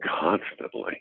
constantly